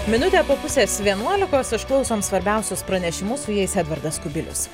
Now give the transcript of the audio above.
minutė po pusės vienuolikos išklausom svarbiausius pranešimus su jais edvardas kubilius